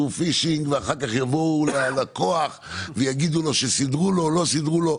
פישינג ואחר כך יבואו ללקוח ויגידו לו שסידרו לו או לא סידרו לו.